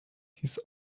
his